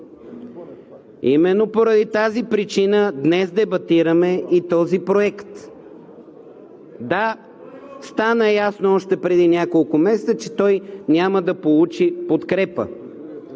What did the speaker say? Именно поради тази причина днес дебатираме този проект. Да, още преди няколко месеца стана ясно, че той няма да получи подкрепа.